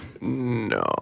No